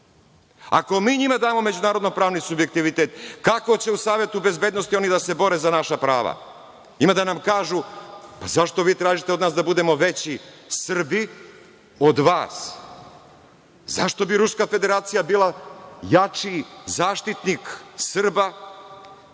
Ako mi njima damo međunarodno-pravni subjektivitet, kako će u Savetu bezbednosti oni da se bore za naša prava? Ima da nam kažu – pa zašto vi od nas tražite da budemo veći Srbi od vas? Zašto bi Ruska Federacija bila jači zaštitnik Srba